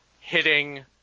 hitting